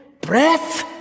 breath